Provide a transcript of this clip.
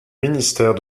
ministère